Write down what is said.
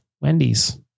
Wendy's